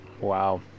Wow